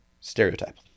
stereotype